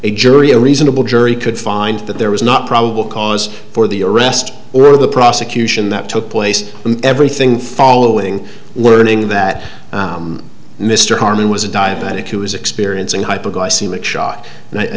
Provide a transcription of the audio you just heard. a jury a reasonable jury could find that there was not probable cause for the arrest or the prosecution that took place with everything following learning that mr harmon was a diabetic who was experiencing hypoglycemic shock and i